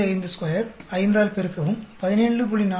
552 5 ஆல் பெருக்கவும் 17